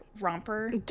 romper